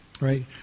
Right